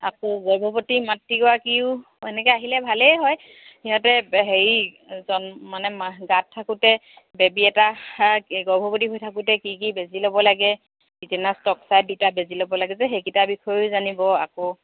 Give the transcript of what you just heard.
আকৌ গৰ্ভৱতী মাতৃগৰাকীও এনেকৈ আহিলে ভালেই হয় সিহঁতে হেৰি জন্ম মানে গাঁত থাকোঁতে বেবী এটা গৰ্ভৱতী হৈ থাকোঁতে কি কি বেজি ল'ব লাগে টিটেনাছ দুটা বেজি ল'ব লাগে যে সেইকেইটা বিষয়েও জানিব আকৌ